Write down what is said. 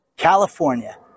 California